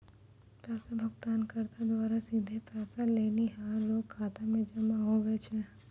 पैसा भुगतानकर्ता द्वारा सीधे पैसा लेनिहार रो खाता मे जमा हुवै छै